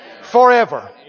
forever